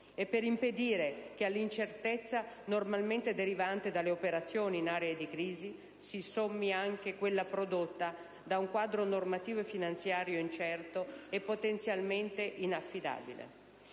e per impedire che all'incertezza normalmente derivante dalle operazioni in aree di crisi si sommi anche quella prodotta da un quadro normativo e finanziario incerto e potenzialmente inaffidabile.